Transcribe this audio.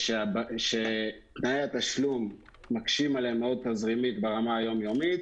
שתנאי התשלום מקשים עליהם מאוד תזרימית ברמה היום-יומית,